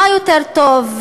מה יותר טוב,